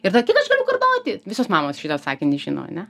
ir tada kiek aš galiu kartoti visos mamos šitą sakinį žino ane